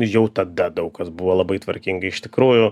jau tada daug kas buvo labai tvarkingai iš tikrųjų